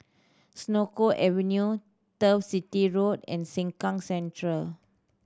Senoko Avenue Turf City Road and Sengkang Central